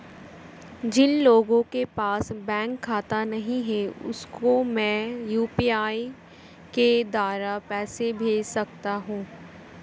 जिन लोगों के पास बैंक खाता नहीं है उसको मैं यू.पी.आई के द्वारा पैसे भेज सकता हूं?